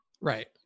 Right